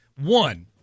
One